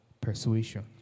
persuasion